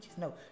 No